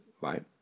right